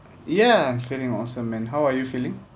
ya I'm feeling awesome man how are you feeling